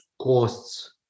costs